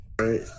Right